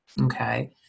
okay